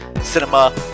cinema